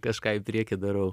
kažką į priekį darau